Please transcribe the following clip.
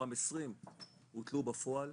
מתוכם 20 הוטלו בפועל,